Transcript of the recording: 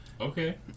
Okay